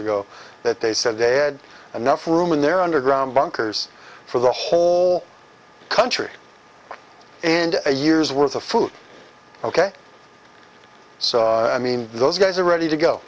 ago that they said they had enough room in their underground bunkers for the whole country and a year's worth of food ok so i mean those guys are ready to go